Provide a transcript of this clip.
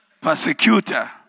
persecutor